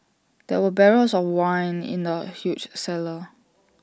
there were barrels of wine in the huge cellar